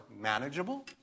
manageable